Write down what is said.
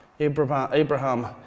Abraham